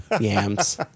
Yams